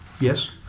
Yes